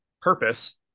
purpose